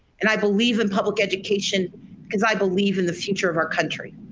and i believe in public education because i believe in the future of our country.